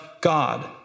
God